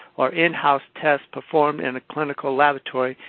or in-house tests performed in a clinical laboratory,